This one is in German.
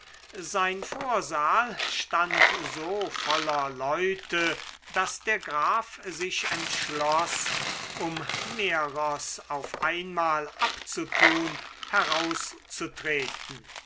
sein vorsaal stand so voller leute daß der graf sich entschloß um mehrers auf einmal abzutun herauszutreten